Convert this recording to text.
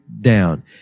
down